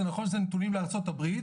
זה נכון שזה נתונים לארצות הברית.